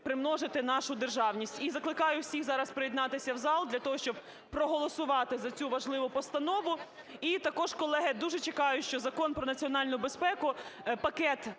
примножити нашу державність. І закликаю всіх зараз приєднатися в зал для того, щоб проголосувати за цю важливу постанову. І також, колеги, дуже чекаю, що Закон про національну безпеку, пакет